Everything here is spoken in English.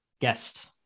guest